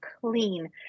clean